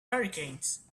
hurricanes